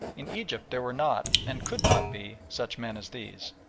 in egypt there were not, and could not be, such men as these.